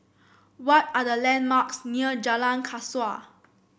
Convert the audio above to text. what are the landmarks near Jalan Kasau